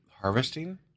Harvesting